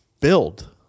Build